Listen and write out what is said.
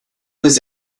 was